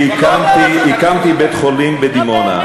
כשהקמתי בית-חולים בדימונה,